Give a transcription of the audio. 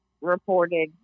reported